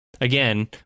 again